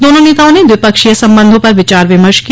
दोनों नेताओं ने द्विपक्षीय संबंधों पर विचार विमर्श किया